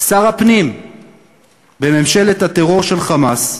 שר הפנים בממשלת הטרור של "חמאס",